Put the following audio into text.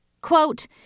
Quote